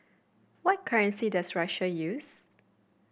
what currency does Russia use